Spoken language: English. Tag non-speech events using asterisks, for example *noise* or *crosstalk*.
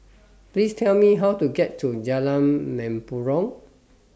*noise* Please Tell Me How to get to Jalan Mempurong